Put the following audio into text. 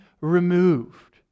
removed